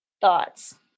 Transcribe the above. thoughts